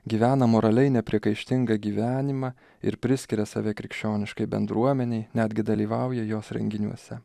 gyvena moraliai nepriekaištingą gyvenimą ir priskiria save krikščioniškai bendruomenei netgi dalyvauja jos renginiuose